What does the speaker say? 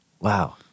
wow